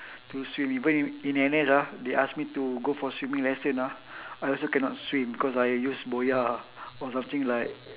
to swim even in in N_S ah they ask me to go for swimming lesson ah I also cannot swim because I use boya ah or something like